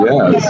Yes